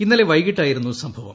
ഇന്നലെ വൈകിട്ടായിരുന്നു സംഭവം